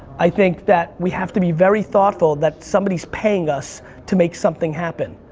i think that we have to be very thoughtful that somebody's paying us to make something happen.